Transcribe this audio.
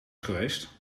geweest